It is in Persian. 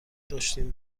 داشتیم